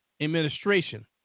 administration